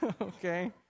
okay